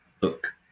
book